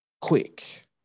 quick